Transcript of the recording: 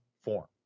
form